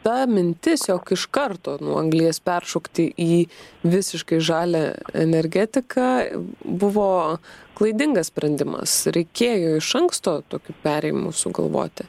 ta mintis jog iš karto nuo anglies peršokti į visiškai žalią energetiką buvo klaidingas sprendimas reikėjo iš anksto tokių perėjimų sugalvoti